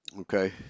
Okay